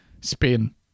spin